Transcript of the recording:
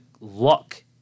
luck